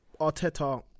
Arteta